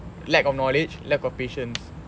lack of knowledge lack of patience